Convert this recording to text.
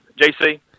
jc